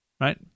Right